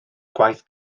gwaith